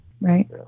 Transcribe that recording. right